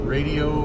Radio